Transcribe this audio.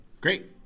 Great